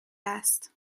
است